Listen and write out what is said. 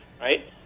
right